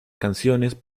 canciones